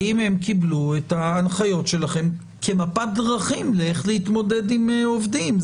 האם הם קיבלו את ההנחיות שלכם כמפת דרכים לאיך להתמודד עם עובדים.